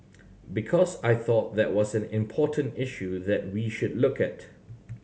because I thought that was an important issue that we should look at